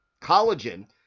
collagen